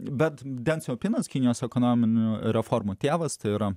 bet bent slopinant kinijos ekonominių reformų tėvas tai yra